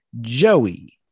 Joey